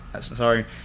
sorry